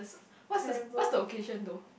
what's the what's the occasion though